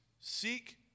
Seek